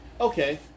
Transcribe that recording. Okay